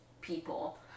people